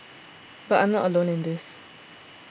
but I'm not alone in this